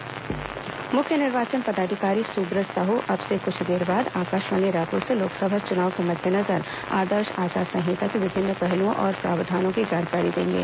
बातों बातों में मुख्य निर्वाचन पदाधिकारी सुब्रत साहू अब से कुछ देर बाद आकाशवाणी रायपुर से लोकसभा चुनाव के मद्देनजर आदर्श आचार संहिता के विभिन्न पहलुओं और प्रावधानों की जानकारी देंगे